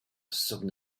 sudden